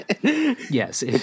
Yes